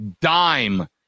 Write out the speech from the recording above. dime